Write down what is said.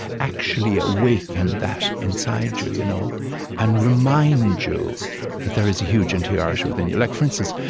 actually awaken that inside you you know and remind you that there is a huge interiority within you. like for instance,